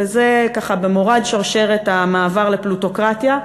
וזה במורד שרשרת המעבר לפלוטוקרטיה,